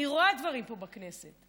אני רואה דברים פה בכנסת,